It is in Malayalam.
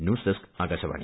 news desk Akashvani